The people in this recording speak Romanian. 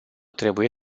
trebuie